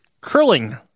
curling